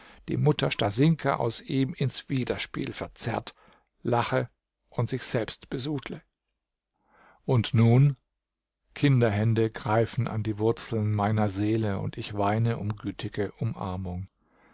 die mutter stasinka aus ihm ins widerspiel verzerrt lache und sich selbst besudle und nun kinderhände greifen an die wurzeln meiner seele und ich weine um gütige umarmung